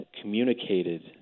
communicated